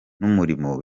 n’umurimo